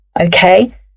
Okay